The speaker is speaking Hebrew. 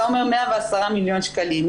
אתה אומר 110 מיליון שקלים,